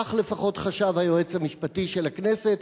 כך לפחות חשב היועץ המשפטי של הכנסת,